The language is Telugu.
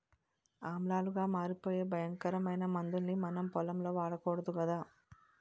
ఆమ్లాలుగా మారిపోయే భయంకరమైన మందుల్ని మనం పొలంలో వాడకూడదు కదా